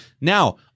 now